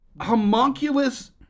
homunculus